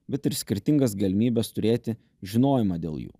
bet ir skirtingas galimybes turėti žinojimą dėl jų